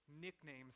nicknames